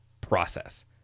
process